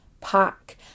pack